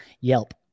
Yelp